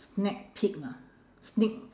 snack peek ah sneak